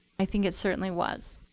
i think it certainly was.